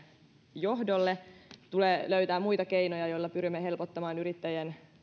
johdolle tulee löytää muita keinoja joilla pyrimme helpottamaan yrittäjien